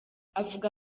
avuga